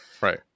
Right